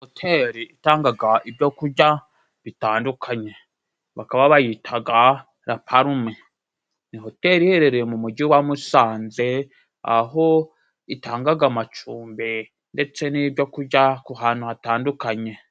Hoteri itangaga ibyo kujya bitandukanye bakaba bayitaga laparume ni hoteri iherereye mu mugi wa musanze aho itangaga amacumbi ndetse n'ibyo kujya ku hantu hatandukanye